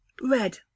red